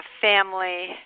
family